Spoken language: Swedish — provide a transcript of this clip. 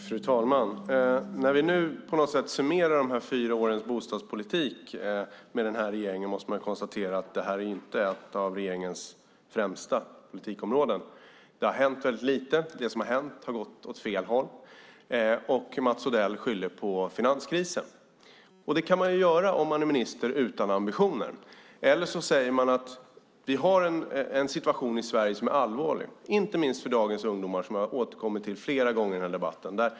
Fru talman! När vi nu på något sätt summerar de fyra årens bostadspolitik med regeringen måste man konstatera att det inte är ett av regeringens främsta politikområden. Det har hänt väldigt lite, det som hänt har gått åt fel håll, och Mats Odell skyller på finanskrisen. Det kan man göra om man är minister utan ambitioner, eller så säger man: Vi har en situation i Sverige som är allvarlig. Det gäller inte minst för ungdomar, som jag har återkommit till flera gånger under debatten.